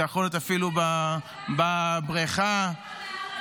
זה יכול להיות אפילו בבריכה --- מי אתה בכלל?